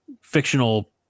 fictional